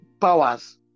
powers